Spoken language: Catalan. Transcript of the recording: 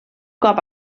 cop